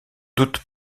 doute